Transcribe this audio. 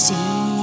See